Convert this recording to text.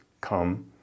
come